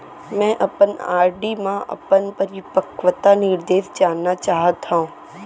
मै अपन आर.डी मा अपन परिपक्वता निर्देश जानना चाहात हव